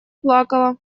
плакала